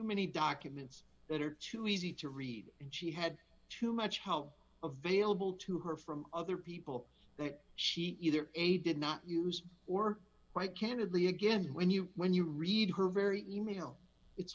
many documents that are too easy to read and she had too much help of vailable to her from other people that she either a did not use or quite candidly again when you when you read her very e mail it's